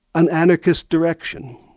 an anarchist direction.